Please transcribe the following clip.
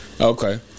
Okay